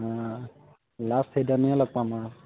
অঁ লাষ্ট সেই দিনাখনিয়ে লগ পাম আৰু